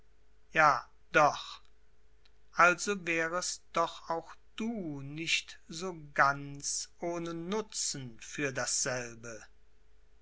ja doch also wärest doch auch du nicht so ganz ohne nutzen für dasselbe